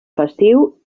festiu